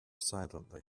silently